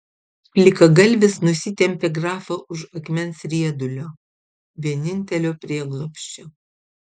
plikagalvis nusitempė grafą už akmens riedulio vienintelio prieglobsčio